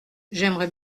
j’aimerais